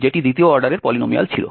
যেটি দ্বিতীয় অর্ডারের পলিনোমিয়াল ছিল